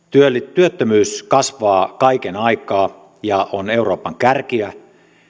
työttömyys kasvaa kaiken aikaa ja on euroopan kärkeä